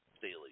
daily